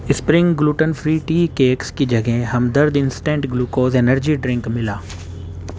spring gluten free tea cakes کی جگہ Hamdard instant glucose energy drink ملا